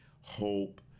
hope